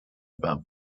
about